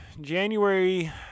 january